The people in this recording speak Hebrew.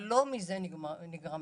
אבל לא מזה נגרם המחסור.